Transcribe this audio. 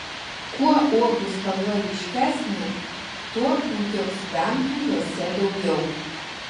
kuo uogų spalva ryškesnė tuo antioksidantų jose daugiau